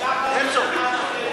הוראת מעבר),